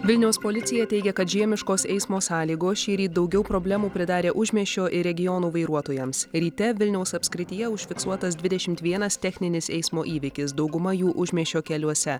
vilniaus policija teigia kad žiemiškos eismo sąlygos šįryt daugiau problemų pridarė užmiesčio ir regionų vairuotojams ryte vilniaus apskrityje užfiksuotas dvidešimt vienas techninis eismo įvykis dauguma jų užmiesčio keliuose